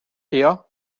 here